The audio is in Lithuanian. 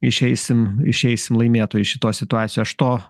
išeisim išeisim laimėtojai iš šitos situacijos aš to